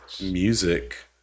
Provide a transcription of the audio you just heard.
music